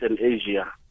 Asia